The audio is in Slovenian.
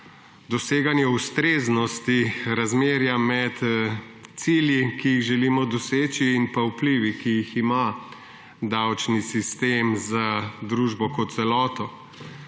doseganje ustreznosti razmerja med cilji, ki jih želimo doseči, in pa vplivi, ki jih ima davčni sistem za družbo kot celoto.